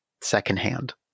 secondhand